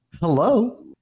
hello